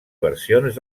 versions